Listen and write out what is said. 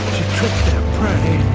trick their prey